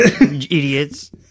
idiots